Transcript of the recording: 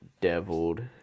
deviled